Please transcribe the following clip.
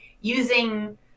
using